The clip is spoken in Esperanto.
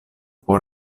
por